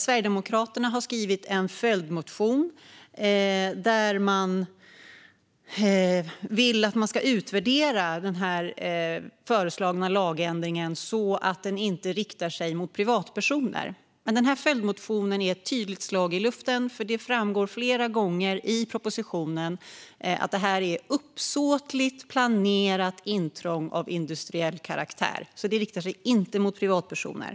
Sverigedemokraterna har dock en reservation om att de vill att man ska utvärdera den föreslagna lagändringen så att den inte riktar sig mot privatpersoner. Men reservationen är ett tydligt slag i luften, för det framgår flera gånger i propositionen att detta gäller uppsåtligt planerat intrång av industriell karaktär. Alltså riktar det sig inte mot privatpersoner.